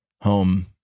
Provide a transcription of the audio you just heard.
home